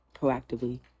proactively